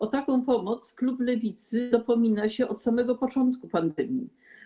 O taką pomoc klub Lewicy dopomina się od samego początku pandemii.